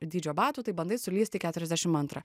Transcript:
dydžio batų tai bandai sulįsti į keturiasdešim antrą